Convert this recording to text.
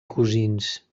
cosins